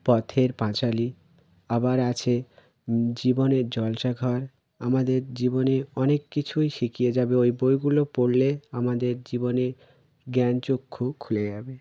পথের পাঁচালী আবার আছে জীবনের জলসাঘর আমাদের জীবনে অনেক কিছুই শিখিয়ে যাবে ওই বইগুলো পড়লে আমাদের জীবনে জ্ঞানচক্ষু খুলে যাবে